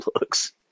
looks